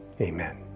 Amen